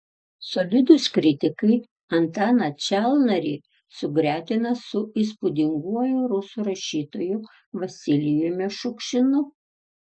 solidūs kritikai antaną čalnarį sugretina su įspūdinguoju rusų rašytoju vasilijumi šukšinu